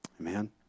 Amen